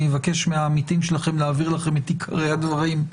אני אבקש מהעמיתים שלכם להעביר לכם את עיקרי הדברים.